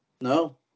No